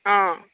অঁ